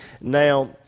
Now